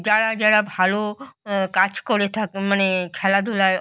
যারা যারা ভালো কাজ করে থাকে মানে খেলাধুলায়